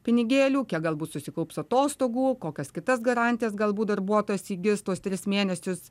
pinigėlių galbūt susikaups atostogų kokias kitas garantijas galbūt darbuotojas įgis tuos tris mėnesius